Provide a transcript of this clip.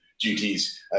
duties